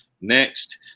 Next